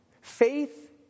Faith